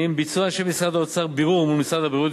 ביצעו אנשי משרד האוצר בירור עם משרד הבריאות,